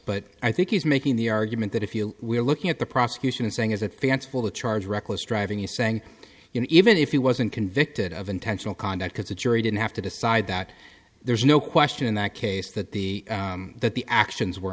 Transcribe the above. but i think he's making the argument that if you we're looking at the prosecution saying is it fanciful to charge reckless driving you saying you know even if he wasn't convicted of intentional conduct because the jury didn't have to decide that there's no question in that case that the that the actions were